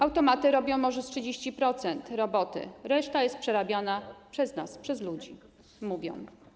Automaty robią może 30% roboty, reszta jest przerabiana przez nas, ludzi - mówią.